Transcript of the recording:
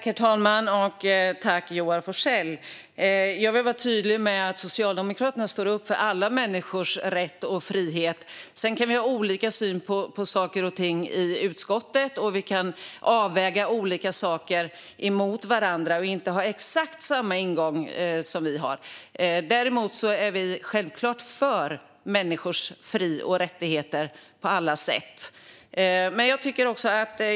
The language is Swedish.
Herr talman! Jag vill vara tydlig med att Socialdemokraterna står upp för alla människors rätt och frihet. Sedan kan vi ha olika syn på saker och ting i utskottet, väga olika saker mot varandra och inte ha exakt samma ingång. Men vi är självklart för människors fri och rättigheter på alla sätt.